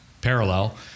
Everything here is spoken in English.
parallel